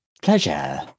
Pleasure